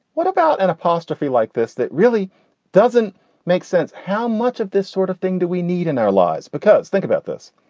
what about an apostrophe like this? that really doesn't make sense. how much of this sort of thing do we need in our lives? because think this.